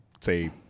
say